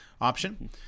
option